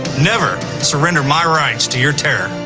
never surrender my rights to your terror.